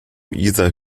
isar